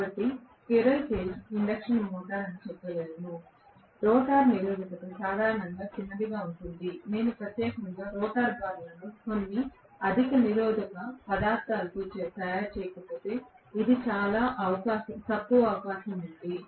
కాబట్టి నేను squirrel cage induction motor అని చెప్పగలను రోటర్ నిరోధకత సాధారణంగా చిన్నదిగా ఉంటుంది నేను ప్రత్యేకంగా రోటర్ బార్లను కొన్ని అధిక నిరోధక పదార్థాలతో తయారు చేయకపోతే ఇది చాలా తక్కువ అవకాశం ఉంది